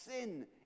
sin